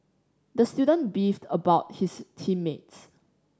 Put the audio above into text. the student beefed about his team mates